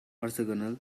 orthogonal